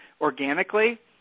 organically